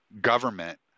government